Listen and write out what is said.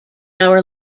hour